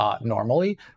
normally